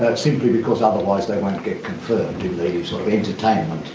ah simply because otherwise they won't get confirmed in